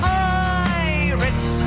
pirates